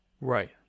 Right